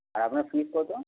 আর আপনার ফিজ কত